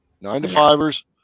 Nine-to-fivers